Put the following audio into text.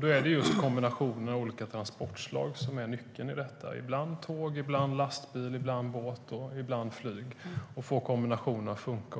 Då är det kombinationen av olika transportslag som är nyckeln. Ibland är det tåg, ibland lastbil, ibland båt, ibland flyg. Man måste få kombinationen att funka.